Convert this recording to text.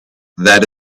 that